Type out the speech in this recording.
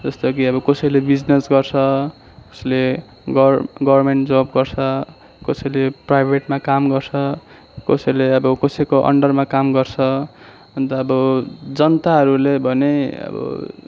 जस्तो कि अब कसैले बिजनेस गर्छ कसैले गर गभर्नमेन्ट जब गर्छ कसैले प्राइभेटमा काम गर्छ कसैले अब कसैको अन्डरमा काम गर्छ अन्त आब जनताहरूले भने अब